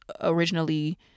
originally